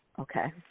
Okay